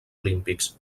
olímpics